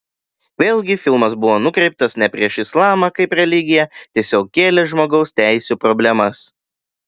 vėlgi filmas buvo nukreiptas ne prieš islamą kaip religiją tiesiog kėlė žmogaus teisių problemas